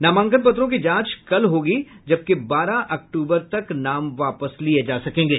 नामांकन पत्रों की जांच कल होगी जबकि बारह अक्टूबर तक नाम वापस लिये जा सकेंगे